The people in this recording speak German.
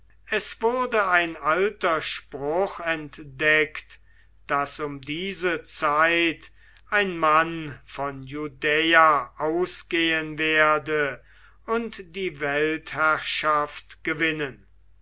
es wurde ein alter spruch entdeckt daß um diese zeit ein mann von judäa ausgehen werde und die weltherrschaft gewinnen